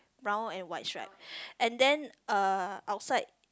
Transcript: brown and white stripe and then uh outside